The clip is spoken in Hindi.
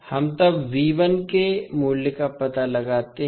हम तब के मूल्य का पता लगाते हैं